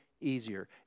easier